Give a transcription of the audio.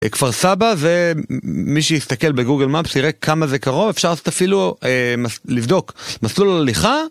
כפר סבא ומי שיסתכל בגוגל מפס יראה כמה זה קרוב אפשר אפילו לבדוק מסלול הליכה.